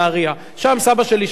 שם סבא שלי שבק חיים,